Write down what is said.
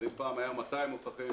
זה פעם היה 200 נוסחים